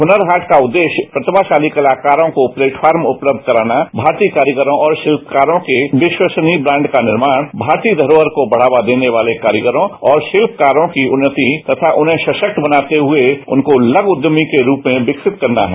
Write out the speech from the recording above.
हुनर हाट का उद्देश्य प्रतिभाशाली कलाकारों को प्लेटफार्म उपलब्ध कराना भारतीय कारीगरों और शिल्पकारों के विश्वसनीय ब्राप्ड का निर्माण भारतीय धरोहर को बढ़ावा देने वाले कारीगरों और शिल्पकारों की उन्नति तथा उन्हें सशक्त बनाते हुए उनको लघु उद्यमी के रूप में विकसित करना है